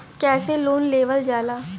कैसे लोन लेवल जाला?